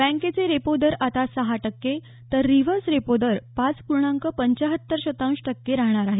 बँकेचे रेपो दर आता सहा टक्के तर रिवर्स रेपो दर पाच पूर्णांक पंचाहत्तर शतांश टक्के राहणार आहे